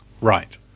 right